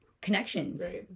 connections